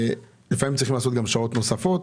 לפעמים צריך לעשות גם שעות נוספות.